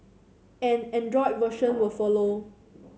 an Android version will follow